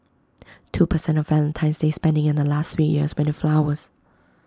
two per cent of Valentine's day spending in the last three years went to flowers